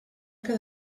que